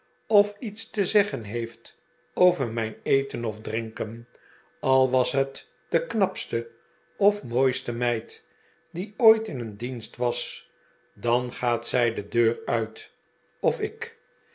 of iets te zeggen heeft over mijn eten of drinken al was het de knapste of mooiste meid die ooit in een dienst was dan gaat zij de deur uit of ik